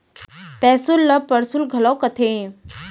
पैसुल ल परसुल घलौ कथें